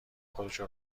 خودشو